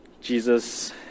Jesus